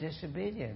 disobedience